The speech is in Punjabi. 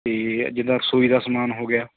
ਅਤੇ ਜਿੱਦਾਂ ਰਸੌਈ ਦਾ ਸਮਾਨ ਹੋ ਗਿਆ